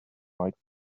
might